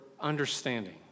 understanding